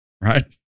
right